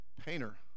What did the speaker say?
painter